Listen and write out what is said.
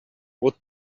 what